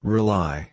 Rely